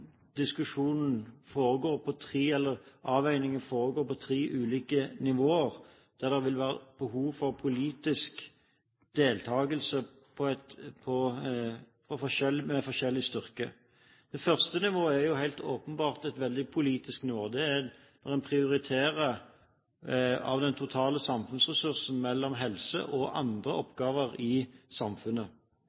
foregår på tre ulike nivåer, der det vil være behov for politisk deltakelse med forskjellig styrke. Det første nivået er jo helt åpenbart et politisk nivå, og det er når en prioriterer av den totale samfunnsressursen mellom helse og andre oppgaver i samfunnet.